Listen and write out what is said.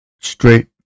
straight